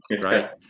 right